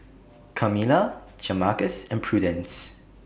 Kamila Jamarcus and Prudence